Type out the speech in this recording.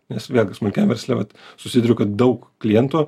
nes vėlgi smulkiam versle vat susiduriu kad daug klientų